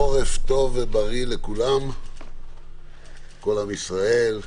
חורף טוב ובריא לכולם, לכל עם ישראל,